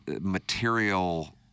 material